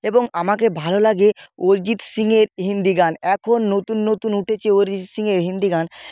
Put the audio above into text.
এবং আমাকে ভালো লাগে অরিজিত সিংয়ের হিন্দি গান এখন নতুন নতুন উঠেছে অরিজিত সিংয়ের হিন্দি গান